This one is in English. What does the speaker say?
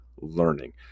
learning